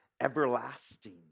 everlasting